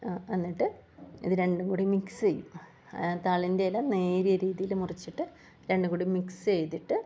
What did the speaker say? എന്നിട്ട് ഇത് രണ്ടും കൂടി മിക്സ് ചെയ്യും താളിൻ്റെ ഇല നേരിയ രീതിയില് മുറിച്ചിട്ട് രണ്ടും കൂടി മിക്സ് ചെയ്തിട്ട്